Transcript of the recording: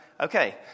Okay